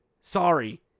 Sorry